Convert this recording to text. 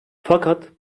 fakat